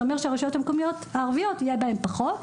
זה אומר שהרשויות המקומיות הערביות יהיה בהן פחות.